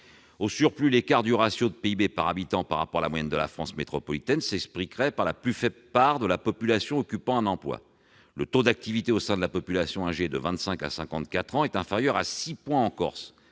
au surplus, l'écart du ratio de PIB par habitant par rapport à la moyenne de la France métropolitaine s'expliquerait par la plus faible part de la population occupant un emploi. Le taux d'activité au sein de la population âgée de 25 à 54 ans est inférieur de 6 points en Corse,